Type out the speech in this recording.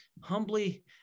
humbly